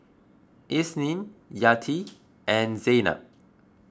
Isnin Yati and Zaynab